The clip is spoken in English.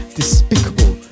despicable